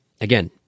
again